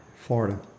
Florida